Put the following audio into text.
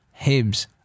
Hibs